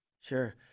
sure